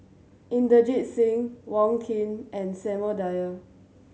Inderjit Singh Wong Keen and Samuel Dyer